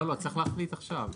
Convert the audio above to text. צריך להחליט עכשיו.